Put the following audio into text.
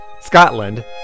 Scotland